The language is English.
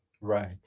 Right